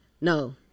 no